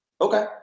Okay